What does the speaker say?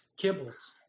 Kibbles